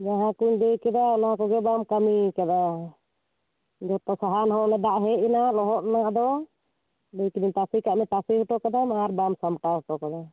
ᱡᱟᱦᱟᱸ ᱠᱩᱧ ᱞᱟᱹᱭ ᱠᱮᱫᱟ ᱚᱱᱟ ᱠᱚᱜᱮ ᱵᱟᱢ ᱠᱟᱹᱢᱤ ᱟᱠᱟᱫᱟ ᱡᱚᱛᱚ ᱥᱟᱦᱟᱱ ᱦᱚᱸ ᱚᱱᱮ ᱫᱟᱜ ᱦᱮᱡ ᱮᱱᱟ ᱞᱚᱦᱚᱫ ᱮᱱᱟ ᱟᱫᱚ ᱞᱟᱹᱭ ᱠᱤᱫᱟᱹᱧ ᱛᱟᱥᱮ ᱠᱟᱜ ᱢᱮ ᱛᱟᱦᱮᱸ ᱦᱚᱴᱚ ᱠᱟᱫᱟᱢ ᱟᱨ ᱵᱟᱢ ᱥᱟᱢᱴᱟᱣ ᱦᱚᱴᱚ ᱠᱟᱫᱟ